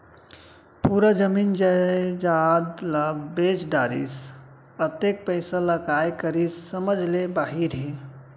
पूरा जमीन जयजाद ल बेच डरिस, अतेक पइसा ल काय करिस समझ ले बाहिर हे